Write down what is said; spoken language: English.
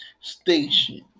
station